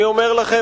למה אתה משקר?